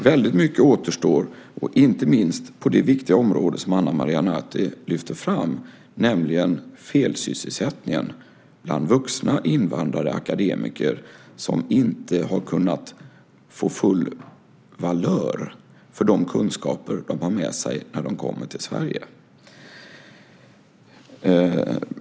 Väldigt mycket återstår, inte minst på det viktiga område som Ana Maria Narti lyfter fram, nämligen felsysselsättningen bland vuxna invandrade akademiker som inte har kunnat få full valör för de kunskaper de haft med sig när de kommit till Sverige.